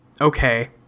okay